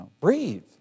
breathe